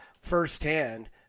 firsthand